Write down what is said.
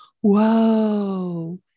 whoa